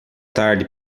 tarde